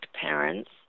parents